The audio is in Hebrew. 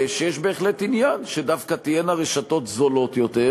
שיש בהחלט עניין שתהיינה רשתות זולות יותר,